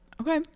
okay